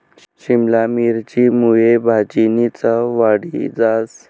शिमला मिरची मुये भाजीनी चव वाढी जास